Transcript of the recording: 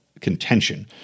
contention